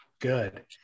good